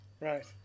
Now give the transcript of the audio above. Right